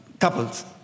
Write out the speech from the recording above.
couples